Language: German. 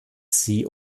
sie